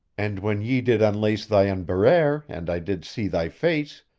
and when ye did unlace thy unberere and i did see thy face,